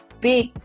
big